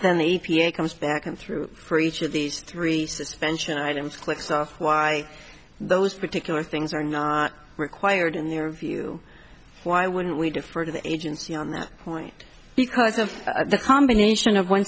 then the e p a comes back and threw for each of these three suspension items like so why those particular things are not required in their view why wouldn't we defer to the agency on that point because of the combination of one